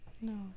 No